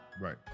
right